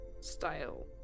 style